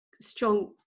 strong